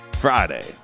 friday